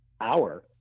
hour